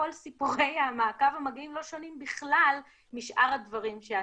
כל סיפורי מעקב המגעים לא שונים בכלל משאר הדברים שעשינו.